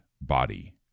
body